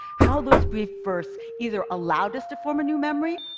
how those brief bursts either allowed us to form a new memory,